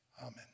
Amen